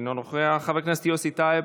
אינו נוכח, חבר הכנסת יוסי טייב,